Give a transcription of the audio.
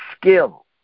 skill